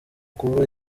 kuba